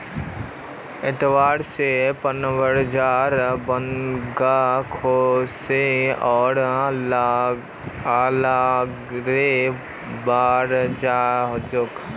hardwood स furniture, पलंग कुर्सी आर आलमारी बनाल जा छेक